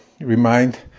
remind